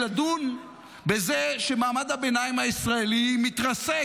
לדון בזה שמעמד הביניים הישראלי מתרסק,